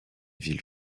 ville